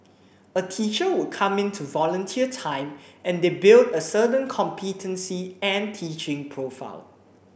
a teacher would come in to volunteer time and they build a certain competency and teaching profile